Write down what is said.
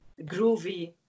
groovy